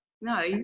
no